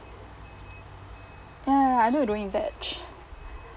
ya ya ya